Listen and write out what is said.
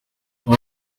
ubu